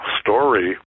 story